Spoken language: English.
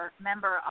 member